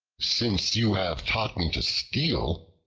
since you have taught me to steal,